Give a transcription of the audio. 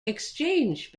exchange